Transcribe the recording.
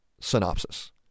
synopsis